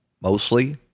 mostly